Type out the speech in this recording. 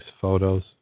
photos